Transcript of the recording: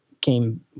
came